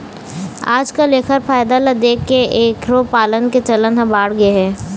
आजकाल एखर फायदा ल देखके एखरो पालन के चलन ह बाढ़गे हे